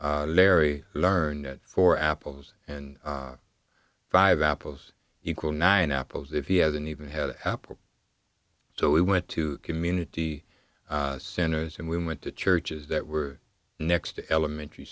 larry learn that four apples and five apples equal nine apples if he hasn't even had an apple so we went to community centers and we went to churches that were next to elementary